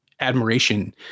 admiration